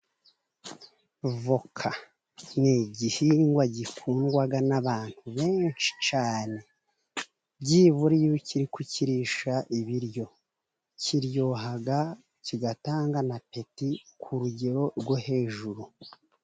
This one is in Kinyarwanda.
Voka ni igihingwa gikundwa n'abantu benshi cyane. Byibura iyo uri kukirisha ibiryo, kiraryoha kigatanga na peti ku rugero rwo hejuru.